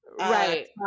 Right